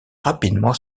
rapidement